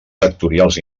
sectorials